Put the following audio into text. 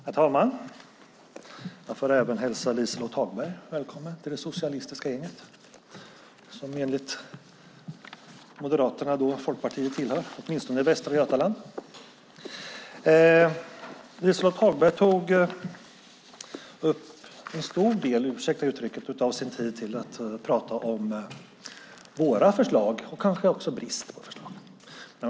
Herr talman! Jag får hälsa även Liselott Hagberg välkommen till det socialistiska gänget, som Folkpartiet enligt Moderaterna tillhör, åtminstone i Västra Götaland. Liselott Hagberg använde en stor del av sin talartid till att prata om våra förslag och kanske också brist på förslag.